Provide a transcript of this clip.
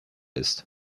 ist